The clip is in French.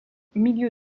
milieu